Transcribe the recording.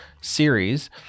series